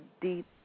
deep